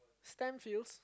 stem feels